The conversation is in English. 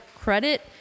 credit